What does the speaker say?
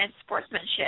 sportsmanship